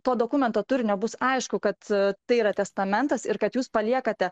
to dokumento turinio bus aišku kad tai yra testamentas ir kad jūs paliekate